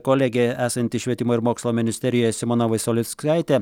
kolegė esanti švietimo ir mokslo ministerijoje simona visolickaitė